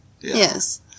Yes